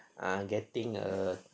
ah getting err